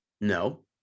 No